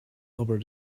over